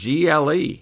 GLE